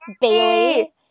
Bailey